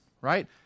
right